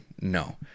No